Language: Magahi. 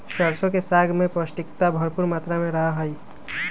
सरसों के साग में पौष्टिकता भरपुर मात्रा में रहा हई